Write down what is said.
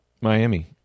Miami